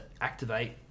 activate